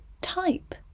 type